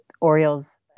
Orioles